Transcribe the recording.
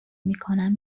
میکنم